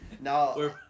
No